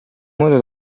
modo